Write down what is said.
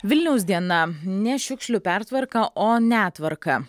vilniaus diena ne šiukšlių pertvarka o netvarka